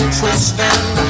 twisting